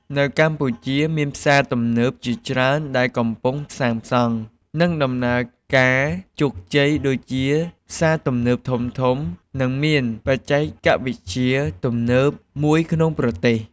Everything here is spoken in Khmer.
នៅកម្ពុជាមានផ្សារទំនើបជាច្រើនដែលកំពុងសាងសង់ និងដំណើរការជោគជ័យ ដូចជា ផ្សារទំនើបធំៗ និងមានបច្ចេកវិទ្យាទំនើបមួយក្នុងប្រទេស។